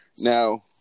Now